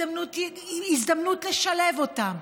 הזדמנות לשלב אותם,